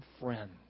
friend